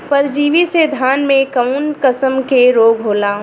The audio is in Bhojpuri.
परजीवी से धान में कऊन कसम के रोग होला?